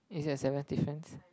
is it the seventh difference